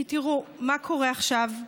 כי תראו מה קורה עכשיו: